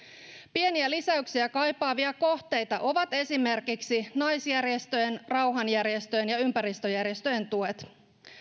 pieniä lisäyksiä kaipaavia kohteita ovat esimerkiksi naisjärjestöjen rauhanjärjestöjen ja ympäristöjärjestöjen tuet